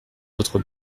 votre